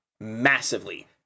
massively